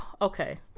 Okay